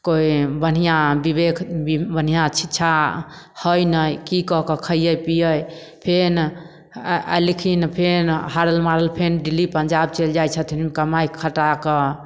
कोइ बढ़िआँ विवेक बढ़िआँ शिक्षा हइ नहि की कऽ कऽ खइए पिइए फेन अयलखिन फेन हारल मारल फेन दिल्ली पंजाब चलि जाइ छथिन कमाए खटा कऽ